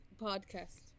podcast